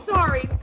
Sorry